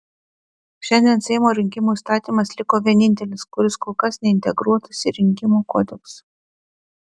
šiandien seimo rinkimų įstatymas liko vienintelis kuris kol kas neintegruotas į rinkimų kodeksą